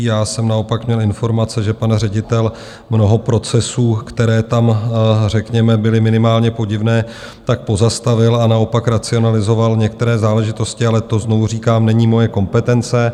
Já jsem naopak měl informace, že pan ředitel mnoho procesů, které tam, řekněme, byly minimálně podivné, pozastavil a naopak racionalizoval některé záležitosti, ale to znovu říkám, není moje kompetence.